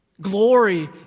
Glory